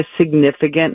significant